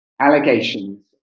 allegations